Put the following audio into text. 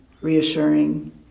reassuring